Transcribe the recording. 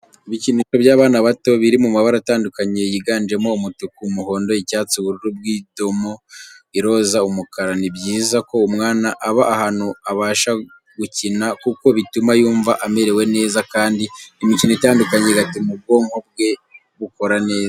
Ibikinisho by'abana bato biri mu mabara atandukanye yiganjemo umutuku, umuhondo, icyatsi ,ubururu bw'idoma, iroza, umukara. Ni byiza ko umwana aba ahantu abasha gukina kuko bituma yumva amerewe neza, kandi imikino itandukanye igatuma ubwonko bwe bukora neza.